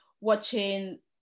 watching